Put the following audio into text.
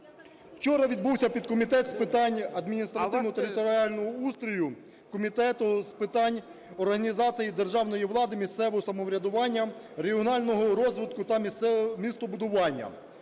Вчора відбувся підкомітет з питань адміністративно-територіального устрою Комітету з питань організації державної влади, місцевого самоврядування, регіонального розвитку та містобудування.